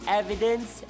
evidence